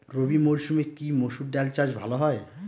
রবি মরসুমে কি মসুর ডাল চাষ ভালো হয়?